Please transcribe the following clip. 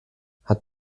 hat